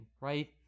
right